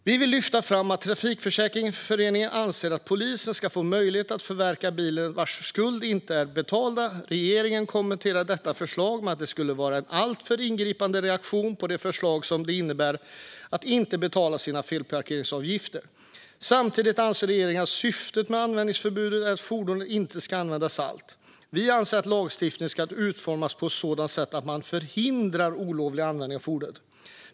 Vi vill lyfta fram att Trafikförsäkringsföreningen anser att polisen ska få möjlighet att förverka bilar vars skulder inte är betalda. Regeringen kommenterar detta förslag med att det skulle vara en alltför ingripande reaktion på den förseelse som det innebär att inte betala sina felparkeringsavgifter. Samtidigt anser regeringen att syftet med användningsförbudet är att fordonet inte ska användas alls. Vi anser att lagstiftningen ska utformas på ett sådant sätt att man förhindrar olovlig användning av fordonet.